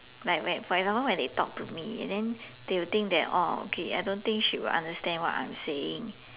like like for example when they talk to me and then they will think that oh okay I don't think she will understand what I'm saying